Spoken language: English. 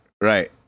right